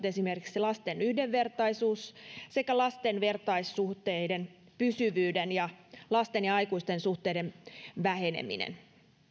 esimerkiksi lasten yhdenvertaisuus sekä lasten vertaissuhteiden pysyvyyden ja lasten ja aikuisten suhteiden väheneminen